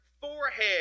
forehead